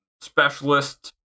specialist